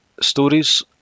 stories